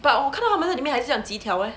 but 我看到他们在里面还是叫极挑 leh